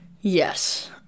yes